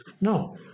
no